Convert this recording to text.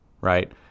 right